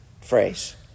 phrase